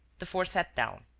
the four sat down.